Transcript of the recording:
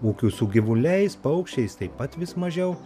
ūkių su gyvuliais paukščiais taip pat vis mažiau